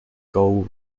goal